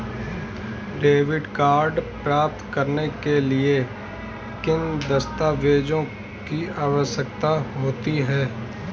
Debit card प्राप्त करने के लिए किन दस्तावेज़ों की आवश्यकता होती है?